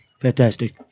Fantastic